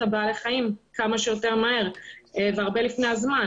בעלי החיים כמה שיותר מהר והרבה לפני הזמן,